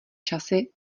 časy